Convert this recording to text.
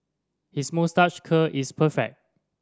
his moustache curl is perfect